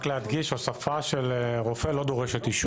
רק להדגיש, הוספה של רופא לא דורשת אישור.